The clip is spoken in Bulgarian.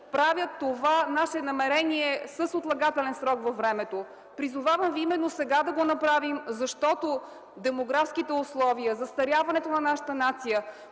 правят това наше намерение с отлагателен срок във времето. Призовавам Ви да го направим именно сега, защото демографските условия, застаряването на нацията ни